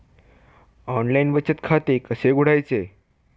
Online बचत खाते कसे उघडायचे?